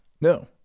no